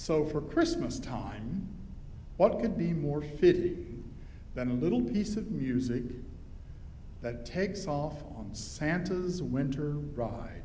so for christmas time what could be more than a little piece of music that takes off on santa this winter